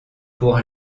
pour